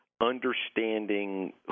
understanding